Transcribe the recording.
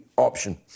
Option